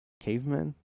cavemen